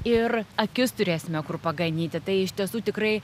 ir akis turėsime kur paganyti tai iš tiesų tikrai